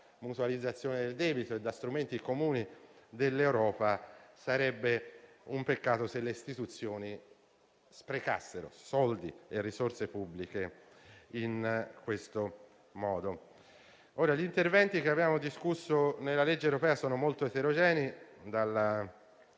mutualizzazione del debito e da strumenti comuni dell'Europa. Sarebbe un peccato se le istituzioni sprecassero soldi e risorse pubbliche in questo modo. Gli interventi che abbiamo discusso nella legge europea sono molto eterogenei, dalla